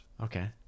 Okay